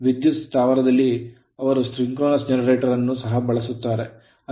ವಿದ್ಯುತ್ ಸ್ಥಾವರದಲ್ಲಿ ಅವರು ಸಿಂಕ್ರೋನಸ್ ಜನರೇಟರ್ ಅನ್ನು ಸಹ ಬಳಸುತ್ತಾರೆ